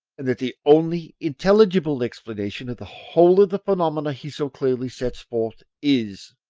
and that the only intelligible explanation of the whole of the phenomena he so clearly sets forth is,